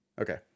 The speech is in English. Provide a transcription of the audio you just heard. Okay